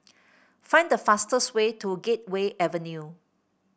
find the fastest way to Gateway Avenue